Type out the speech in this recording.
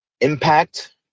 impact